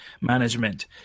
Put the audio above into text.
management